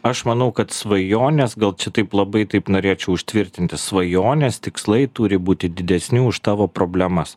aš manau kad svajonės gal čia taip labai taip norėčiau užtvirtinti svajonės tikslai turi būti didesni už tavo problemas